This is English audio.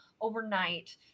overnight